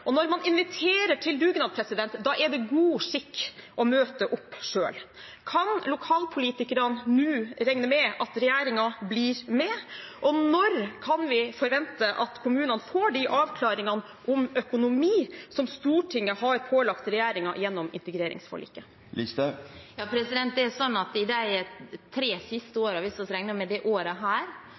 og når man inviterer til dugnad, er det god skikk å møte opp selv. Kan lokalpolitikerne nå regne med at regjeringen blir med, og når kan vi forvente at kommunene får de avklaringene om økonomi som Stortinget har pålagt regjeringen gjennom integreringsforliket? Det er sånn at i de tre siste årene, hvis vi regner med dette året, har vi altså bosatt flere flyktninger enn det